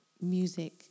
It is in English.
music